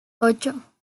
ocho